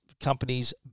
companies